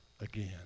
again